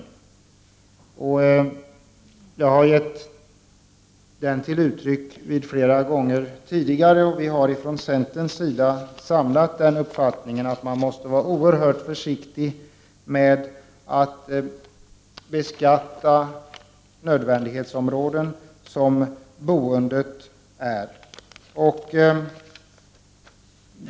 Och jag har gett uttryck för denna uppfattning vid flera tillfällen tidigare, och vi har inom centern uppfattningen att man måste vara oerhört försiktig när det gäller att beskatta nödvändiga områden, t.ex. boendet.